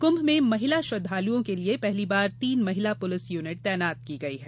कुंभ में महिला श्रद्वालुओं के लिए पहली बार तीन महिला पुलिस यूनिट तैनात की गई हैं